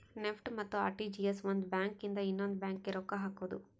NEFT ಮತ್ತ RTGS ಒಂದ್ bank ಇಂದ ಇನ್ನೊಂದು ಬ್ಯಾಂಕ್ ಗೆ ರೊಕ್ಕ ಹಕೋದು